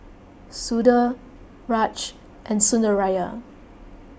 Sudhir Raj and Sundaraiah